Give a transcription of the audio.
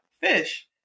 fish